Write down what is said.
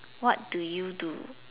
what do you do